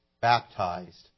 baptized